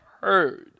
heard